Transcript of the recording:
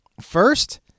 first